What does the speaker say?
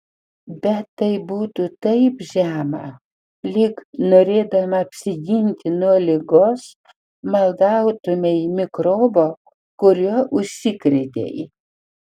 bet tai būtų taip žema lyg norėdama apsiginti nuo ligos maldautumei mikrobo kuriuo užsikrėtei